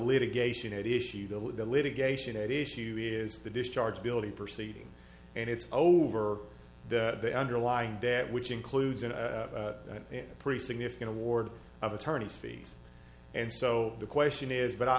litigation it is she the litigation it is to be is the discharge building proceeding and it's over the underlying debt which includes a pretty significant award of attorney's fees and so the question is but i